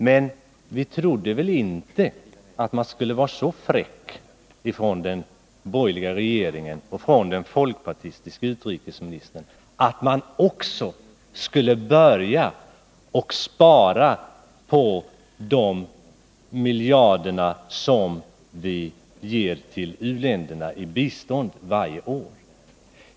Men vi trodde inte att den borgerliga regeringen och den folkpartistiske utrikesministern skulle vara så fräcka att man också började spara på de miljarder som vi ger u-länderna i bistånd varje år.